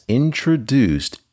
introduced